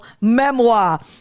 Memoir